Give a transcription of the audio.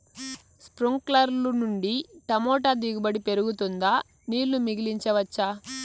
స్ప్రింక్లర్లు నుండి టమోటా దిగుబడి పెరుగుతుందా? నీళ్లు మిగిలించవచ్చా?